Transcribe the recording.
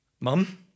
Mum